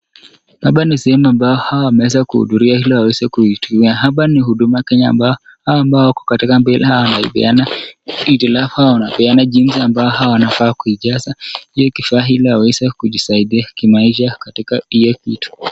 Hapa niseme kwamba hawa wamesha kuhudhuria ila hawawezi kuitia. Haba ni huduma Kenya ambao wako katika mbila hawa wanapeana idilafu hawa wanapeana jinsi ambao hawanapenda kuijaza. Hiyo ikifaa hilo aweze kujisaidia kimaisha katika hiyo kitu.